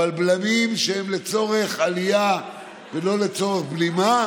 אבל בלמים שהם לצורך עלייה ולא לצורך בלימה,